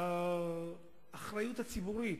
באחריות הציבורית.